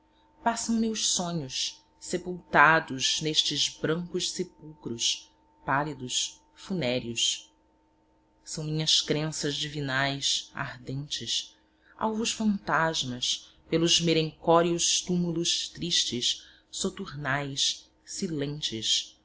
passam meus sonhos sepultados nestes brancos sepulcros pálidos funéreos são minhas crenças divinais ardentes alvos fantasmas pelos merencórios túmulos tristes soturnais silentes